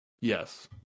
Yes